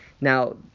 Now